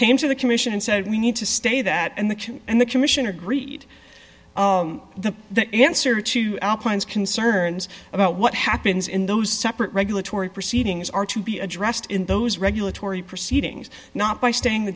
came to the commission and said we need to stay that and the and the commissioner greet the answer to our points concerns about what happens in those separate regulatory proceedings are to be addressed in those regulatory proceedings not by staying the